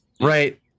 Right